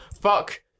Fuck